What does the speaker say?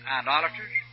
idolaters